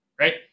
Right